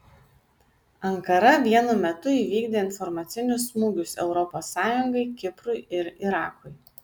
ankara vienu metu įvykdė informacinius smūgius europos sąjungai kiprui ir irakui